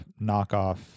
knockoff